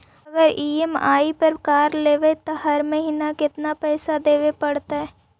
अगर ई.एम.आई पर कार लेबै त हर महिना केतना पैसा देबे पड़तै?